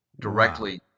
directly